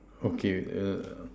okay err